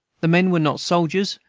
the men were not soldiers,